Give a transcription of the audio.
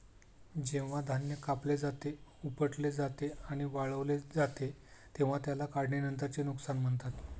जेव्हा धान्य कापले जाते, उपटले जाते आणि वाळवले जाते तेव्हा त्याला काढणीनंतरचे नुकसान म्हणतात